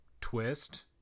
twist